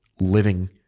living